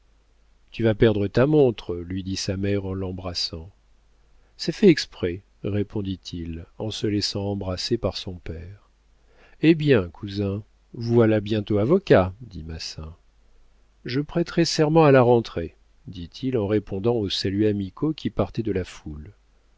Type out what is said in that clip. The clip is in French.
tu vas perdre ta montre lui dit sa mère en l'embrassant c'est fait exprès répondit-il en se laissant embrasser par son père hé bien cousin vous voilà bientôt avocat dit massin je prêterai serment à la rentrée dit-il en répondant aux saluts amicaux qui partaient de la foule